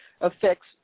affects